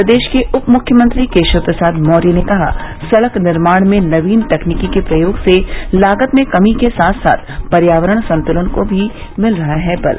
प्रदेश के उप मुख्यमंत्री केशव प्रसाद मौर्य ने कहा सड़क निर्माण में नवीन तकनीकी के प्रयोग से लागत में कमी के साथ साथ पर्यावरण संतुलन को भी मिला है बल